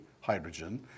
hydrogen